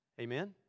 Amen